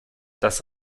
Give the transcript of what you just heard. das